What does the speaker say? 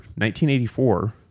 1984